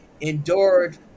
endured